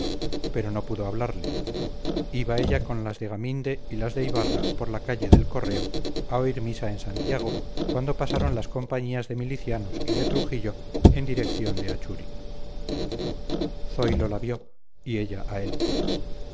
pero no pudo hablarle iba ella con las de gaminde y las de ibarra por la calle del correo a oír misa en santiago cuando pasaron las compañías de milicianos y de trujillo en dirección de achuri zoilo la vio y ella a él